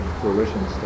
fruition